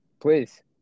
Please